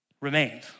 remained